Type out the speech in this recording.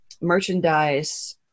merchandise